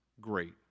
great